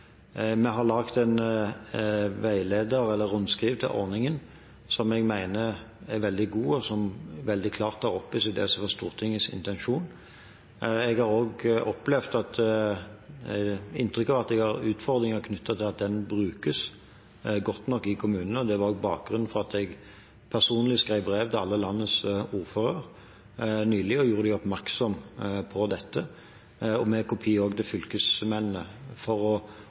har også inntrykk av at det er utfordringer knyttet til om den brukes godt nok i kommunene. Det var bakgrunnen for at jeg personlig skrev brev til alle landets ordførere nylig og gjorde dem oppmerksom på dette, med kopi også til fylkesmennene, for å